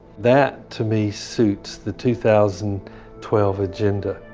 that to me suits the two thousand and twelve agenda.